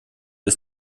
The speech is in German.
ist